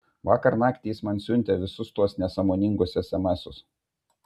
vakar naktį jis man siuntė visus tuos nesąmoningus esemesus